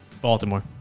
Baltimore